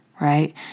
right